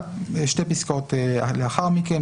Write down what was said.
שתי פסקאות לאחר מכן,